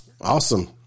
Awesome